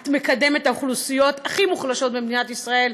את מקדמת את האוכלוסיות הכי מוחלשות במדינת ישראל.